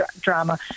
drama